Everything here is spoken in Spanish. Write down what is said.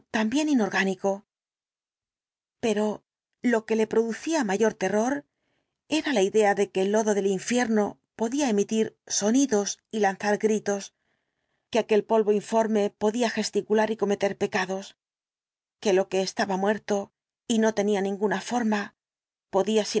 también inorgánico pero lo que le producía mayor terror era la idea de que el lodo del infierno podía emitir sonidos y lanzar gritos que aquel polvo informe podía gesticular y cometer pecados que lo que estaba muerto y no tenía ninguna forma podía